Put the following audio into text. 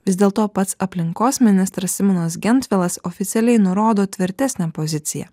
vis dėlto pats aplinkos ministras simonas gentvilas oficialiai nurodo tvirtesnę poziciją